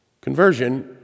Conversion